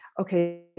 okay